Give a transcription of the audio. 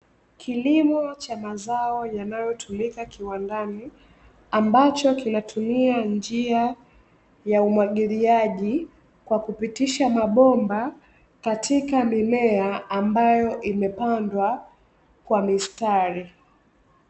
Kilimo cha mazao yanayotumika kiwandani, ambacho kinatumia njia ya umwagiliaji kwa kupitisha mabomba katika mimea ambayo imepandwa kwa mistari.